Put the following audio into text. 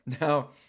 Now